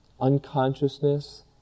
unconsciousness